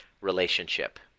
relationship